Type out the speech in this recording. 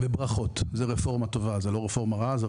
ברכות זאת רפורמה טובה, זאת לא רפורמה רעה.